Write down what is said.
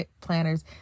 planners